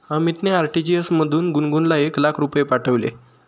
अमितने आर.टी.जी.एस मधून गुणगुनला एक लाख रुपये पाठविले